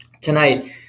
tonight